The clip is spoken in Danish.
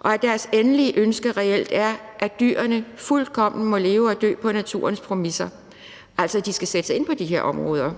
Og deres endelige ønske er reelt, at dyrene fuldkommen må leve og dø på naturens præmisser. Altså, de skal udsættes på de her områder,